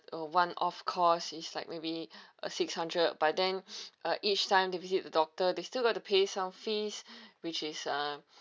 the one off cost is like maybe uh six hundred but then uh each time they visit the doctor they still got to pay some fees which is uh